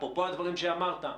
אפרופו הדברים שאמרת,